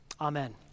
amen